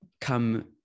come